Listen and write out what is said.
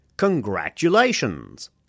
Congratulations